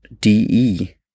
.de